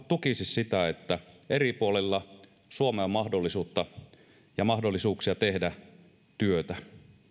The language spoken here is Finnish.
tukisi sitä että eri puolilla suomea on mahdollisuutta ja mahdollisuuksia tehdä työtä